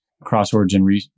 cross-origin